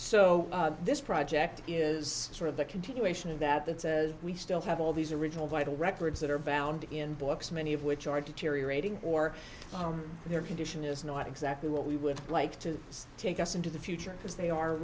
so this project is sort of the continuation of that that says we still have all these original vital records that are bound in books many of which are deteriorating or their condition is not exactly what we would like to see take us into the future because they are